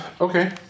Okay